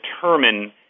determine